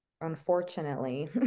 unfortunately